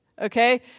Okay